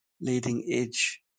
leading-edge